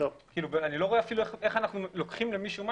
אני לא רואה איך אנחנו לוקחים למישהו משהו.